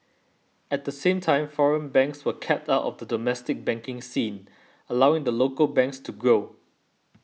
at the same time foreign banks were kept out of the domestic banking scene allowing the local banks to grow